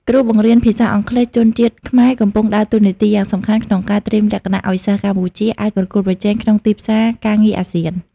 គ្រូបង្រៀនភាសាអង់គ្លេសជនជាតិខ្មែរកំពុងដើរតួនាទីយ៉ាងសំខាន់ក្នុងការត្រៀមលក្ខណៈឱ្យសិស្សកម្ពុជាអាចប្រកួតប្រជែងក្នុងទីផ្សារការងារអាស៊ាន។